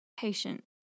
Patient